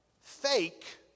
fake